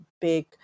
big